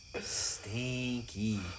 Stinky